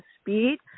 speed